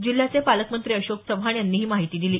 जिल्ह्याचे पालकमंत्री अशोक चव्हाण यांनी ही माहिती दिली